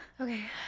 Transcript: okay